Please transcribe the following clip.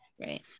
right